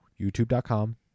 youtube.com